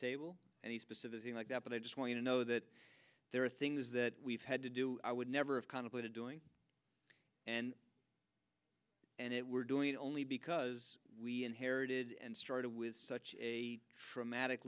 table any specific thing like that but i just want you to know that there are things that we've had to do i would never of contemplated doing and and it were doing it only because we inherited and started with such a dramatic